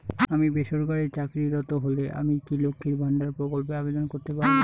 আমি বেসরকারি চাকরিরত হলে আমি কি লক্ষীর ভান্ডার প্রকল্পে আবেদন করতে পারব?